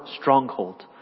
stronghold